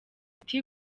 ati